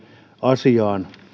asiaan